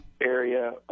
area